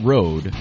Road